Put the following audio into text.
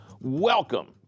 Welcome